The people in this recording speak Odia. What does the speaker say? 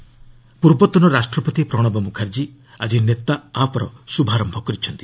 ପ୍ରଣବ ନେତା ଆପ୍ ପୂର୍ବତନ ରାଷ୍ଟ୍ରପତି ପ୍ରଣବ ମୁଖାର୍ଜୀ ଆଜି ନେତା ଆପ୍ର ଶୁଭାରମ୍ଭ କରିଛନ୍ତି